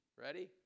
Ready